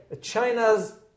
China's